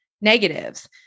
negatives